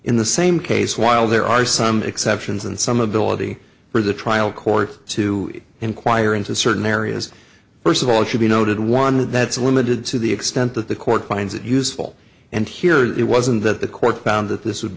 in the same case while there are some exceptions and some ability for the trial court to inquire into certain areas first of all it should be noted one that's limited to the extent that the court finds it useful and here it wasn't that the court found that this would